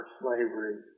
slavery